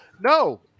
No